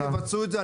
הרשתות יבצעו את זה.